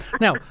Now